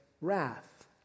wrath